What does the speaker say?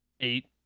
eight